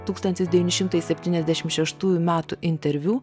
tūkstantis devyni šimtai septyniasdešimt šeštųjų metų interviu